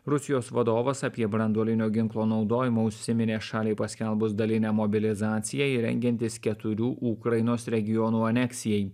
rusijos vadovas apie branduolinio ginklo naudojimą užsiminė šaliai paskelbus dalinę mobilizaciją ir rengiantis keturių ukrainos regionų aneksijai